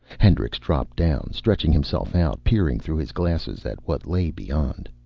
hendricks dropped down, stretching himself out, peering through his glasses at what lay beyond.